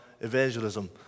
evangelism